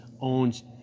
owns